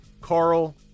Carl